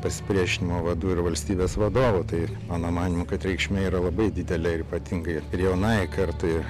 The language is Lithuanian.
pasipriešinimo vadų ir valstybės vadovų tai mano manymu kad reikšmė yra labai didelė ypatingai ir jaunajai kartai